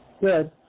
Good